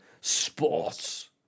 Sports